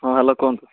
ହଁ ହ୍ୟାଲୋ କୁହନ୍ତୁ